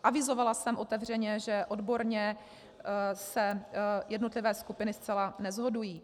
Avizovala jsem otevřeně, že odborně se jednotlivé skupiny zcela neshodují.